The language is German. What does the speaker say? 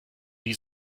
die